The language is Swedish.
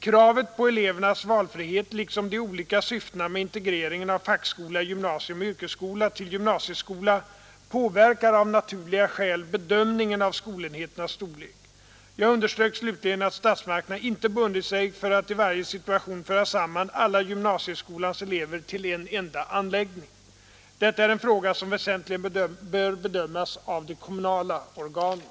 Kravet på elevernas valfrihet liksom de olika syftena med integreringen av fackskola, gymnasium och yrke skola till gymnasieskola påverkar av naturliga skäl bedömningen av skolenhetens storlek. Jag underströk slutligen att statsmakterna inte bundit sig för att i varje situation föra samman alla gymnasieskolans elever till en enda anläggning. Detta är en fråga som väsentligen bör bedömas av de kommunala organen.